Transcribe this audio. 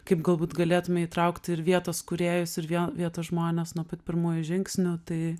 kaip galbūt galėtume įtraukti ir vietos kūrėjus ir vie vietos žmones nuo pat pirmųjų žingsnių tai